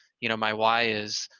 you know, my why is,